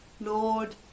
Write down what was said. Lord